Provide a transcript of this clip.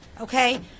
okay